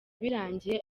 birangiye